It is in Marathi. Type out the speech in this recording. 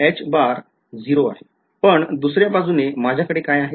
पण दुसऱ्या बाजूने माझ्याकडे काय आहे